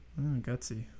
gutsy